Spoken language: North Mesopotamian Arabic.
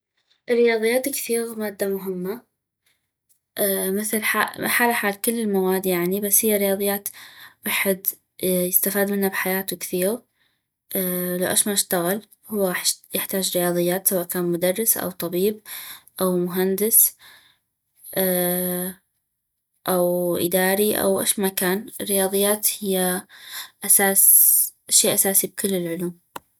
الرياضيات كثيغ مادة مهمة مثل حالا حال كل المواد بس هيا الرياضيات ويحد يستفاد منا بحياتو كثيغ لو اش ما اشتغل هو يحتاج رياضيات سواء كان مدرس او طبيب او مهندس او اداري او اش ما كان الرياضيات هي اساس شي اساسي بكل العلوم